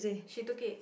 she took it